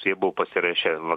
su ja buvo pasirašę va